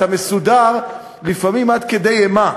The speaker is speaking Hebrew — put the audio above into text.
אתה מסודר לפעמים עד כדי אימה,